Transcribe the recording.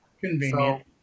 Convenient